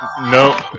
No